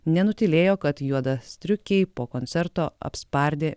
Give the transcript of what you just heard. nenutylėjo kad juodastriukei po koncerto apspardė